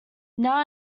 now